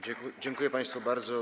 Dziękuję państwu bardzo.